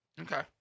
Okay